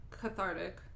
cathartic